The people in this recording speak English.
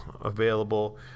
available